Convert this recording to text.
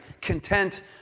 content